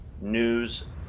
news